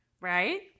Right